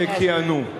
שכיהנו.